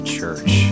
Church